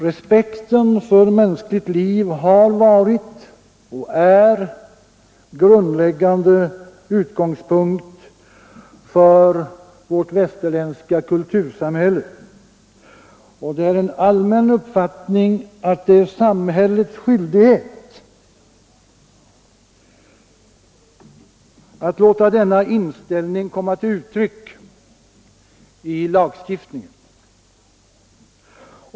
Respekten för mänskligt liv har varit och är en grundläggande utgångspunkt för vårt västerländska kultursam hälle, och det är en allmän uppfattning att det är samhällets skyldighet att låta denna inställning komma till uttryck i lagstiftningen.